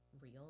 real